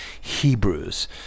Hebrews